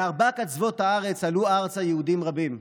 מארבע קצוות הארץ עלו ארצה יהודים רבים,